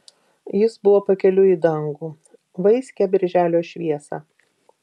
jis buvo pakeliui į dangų vaiskią birželio šviesą